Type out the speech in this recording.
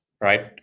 right